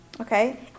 Okay